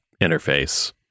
interface